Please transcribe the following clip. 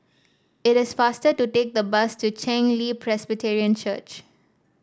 it is faster to take the bus to Chen Li Presbyterian Church